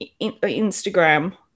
Instagram